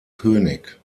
könig